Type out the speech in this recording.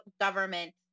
government